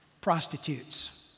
prostitutes